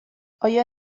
آیا